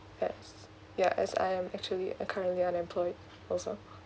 yes yeah as I am actually a currently unemployed also